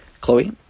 Chloe